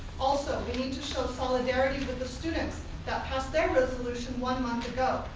also we need to show solidarity with the students that passed their resolution one month ago.